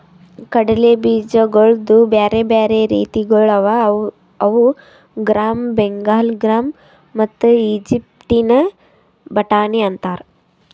ಕಡಲೆ ಬೀಜಗೊಳ್ದು ಬ್ಯಾರೆ ಬ್ಯಾರೆ ರೀತಿಗೊಳ್ ಅವಾ ಅವು ಗ್ರಾಮ್, ಬೆಂಗಾಲ್ ಗ್ರಾಮ್ ಮತ್ತ ಈಜಿಪ್ಟಿನ ಬಟಾಣಿ ಅಂತಾರ್